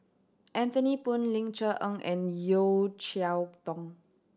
Anthony Poon Ling Cher Eng and Yeo Cheow Tong